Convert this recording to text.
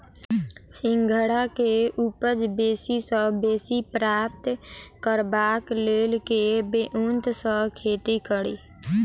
सिंघाड़ा केँ उपज बेसी सऽ बेसी प्राप्त करबाक लेल केँ ब्योंत सऽ खेती कड़ी?